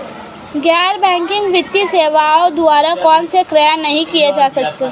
गैर बैंकिंग वित्तीय सेवाओं द्वारा कौनसे कार्य नहीं किए जा सकते हैं?